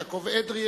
יעקב אדרי,